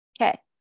Okay